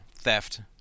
theft